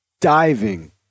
diving